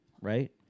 Right